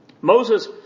Moses